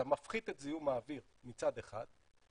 אתה מפחית את זיהום האוויר מצד אחד,